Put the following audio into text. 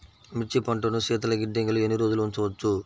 మిర్చి పంటను శీతల గిడ్డంగిలో ఎన్ని రోజులు ఉంచవచ్చు?